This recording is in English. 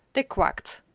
they quacked.